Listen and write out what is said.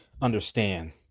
understand